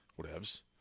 whatevs